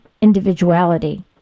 individuality